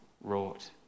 wrought